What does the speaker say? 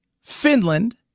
Finland